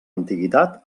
antiguitat